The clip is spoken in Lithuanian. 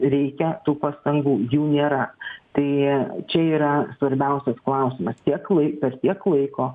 reikia tų pastangų jų nėra tai čia yra svarbiausias klausimas tiek lai per tiek laiko